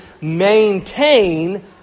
maintain